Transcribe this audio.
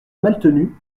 maltenu